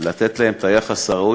לתת להם את היחס הראוי,